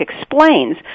explains